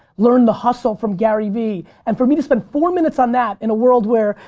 learn the hustle from garyvee. and for me to spend four minutes on that in a world where,